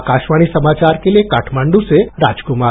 आकाशवाणी समाचार के लिए काठमाण्डू से राजकुमार